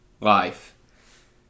life